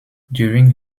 during